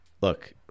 Look